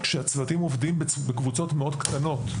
כשהצוותים עובדים בקבוצות מאוד קטנות.